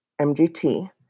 MGT